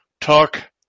talk